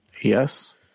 Yes